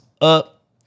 up